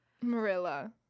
marilla